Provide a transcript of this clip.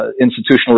institutional